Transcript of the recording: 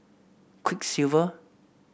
quiksilver